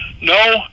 No